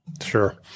Sure